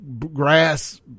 grass